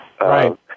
Right